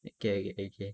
okay okay